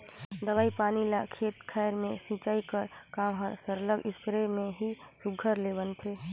दवई पानी ल खेत खाएर में छींचई कर काम हर सरलग इस्पेयर में ही सुग्घर ले बनथे